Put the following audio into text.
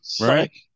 Right